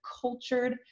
cultured